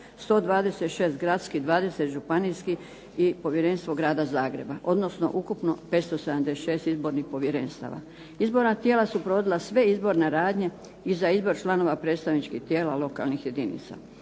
126 gradskih, 20 županijskih i Povjerenstvo grada Zagreba, odnosno ukupno 576 izbornih povjerenstava. Izborna tijela su provodila sve izborne radnje i za izbor članova predstavničkih tijela lokalnih jedinica.